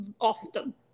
often